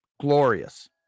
Glorious